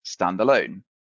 standalone